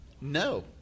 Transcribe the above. No